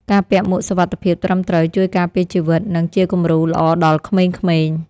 ការពាក់មួកសុវត្ថិភាពត្រឹមត្រូវជួយការពារជីវិត និងជាគំរូល្អដល់ក្មេងៗ។